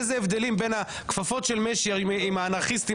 איזה הבדלים בין הכפפות של משי עם האנרכיסטים